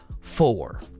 four